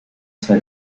zwei